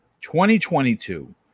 2022